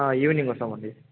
evening వస్తాం అండి